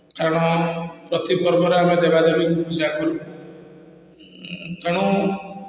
କାରଣ ପ୍ରତି ପର୍ବରେ ଆମେ ଦେବା ଦେବୀଙ୍କୁ ପୂଜା କରୁ ତେଣୁ